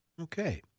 Okay